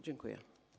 Dziękuję.